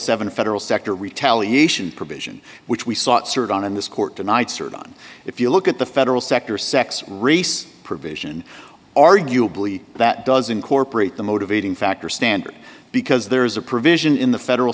seven federal sector retaliation provision which we sought search on in this court tonight serve on if you look at the federal sector sex race provision arguably that doesn't corporate the motivating factor standard because there is a provision in the federal